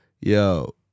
Yo